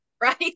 right